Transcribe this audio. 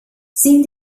sin